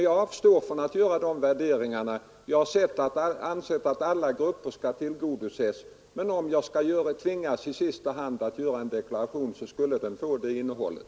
Jag avstår från att göra den värderingen, ty jag anser att alla grupper skall tillgodoses, men om jag tvingas att i sista hand göra en deklaration så skulle den få det innehållet.